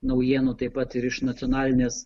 naujienų taip pat ir iš nacionalinės